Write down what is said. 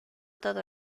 todo